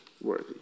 worthy